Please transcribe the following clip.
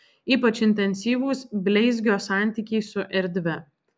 ypač intensyvūs bleizgio santykiai su erdve